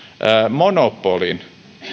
monopolin